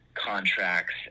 Contracts